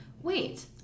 wait